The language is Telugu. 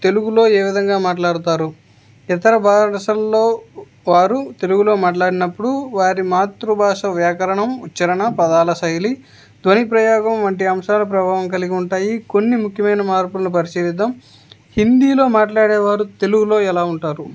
తెలుగులో ఏ విధంగా మాట్లాడుతారు ఇతర భారశల్లో వారు తెలుగులో మాట్లాడినప్పుడు వారి మాతృభాష వ్యాకరణం ఉచ్చారణ పదాల శైలి ధ్వని ప్రయోగం వంటి అంశాల ప్రభావం కలిగి ఉంటాయి కొన్ని ముఖ్యమైన మార్పులను పరిశీలిద్దాం హిందీలో మాట్లాడేవారు తెలుగులో ఎలా ఉంటారు